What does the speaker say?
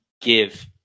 give